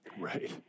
Right